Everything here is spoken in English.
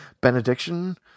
benediction